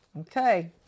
Okay